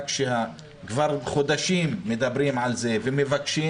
כבר חודשים מדברים על זה ומבקשים,